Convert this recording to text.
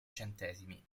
centesimi